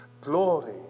glory